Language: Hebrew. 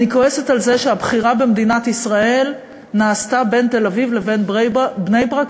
אני כועסת על זה שהבחירה במדינת ישראל נעשתה בין תל-אביב לבין בני-ברק,